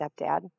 stepdad